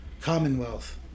Commonwealth